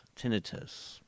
tinnitus